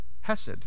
hesed